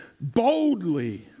boldly